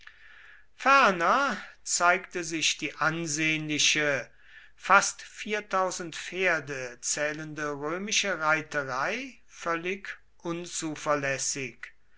zeigte sich die ansehnliche fast pferde zählende römische reiterei völlig unzuverlässig